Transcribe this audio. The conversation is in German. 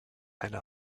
einer